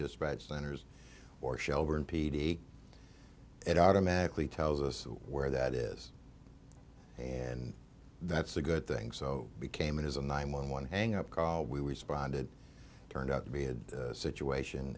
dispatch centers or shelburne p d it automatically tells us where that is and that's a good thing so became is a nine one one hang up call we responded turned out to be a good situation